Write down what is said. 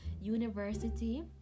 university